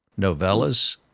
novellas